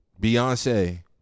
beyonce